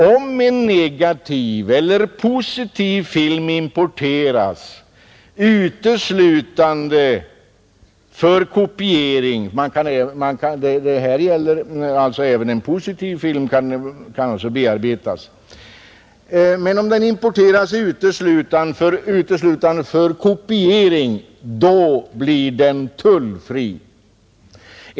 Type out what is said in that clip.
Om en negativ eller positiv film importeras uteslutande för kopiering — även en positiv film kan ju bearbetas — så blir den tullfri.